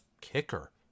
kicker